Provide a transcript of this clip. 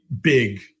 big